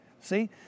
See